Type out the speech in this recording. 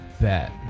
bet